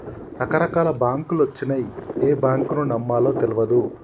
రకరకాల బాంకులొచ్చినయ్, ఏ బాంకును నమ్మాలో తెల్వదు